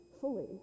fully